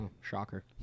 shocker